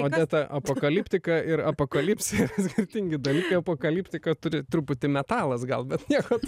odeta apokaliptika ir apokalipsė skirtingi dalykai apokaliptika turi truputį metalas gal bet nieko